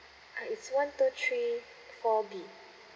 uh it's one two three four B